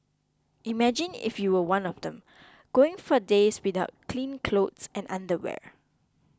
imagine if you were one of them going for days without clean clothes and underwear